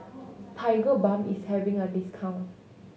Tigerbalm is having a discount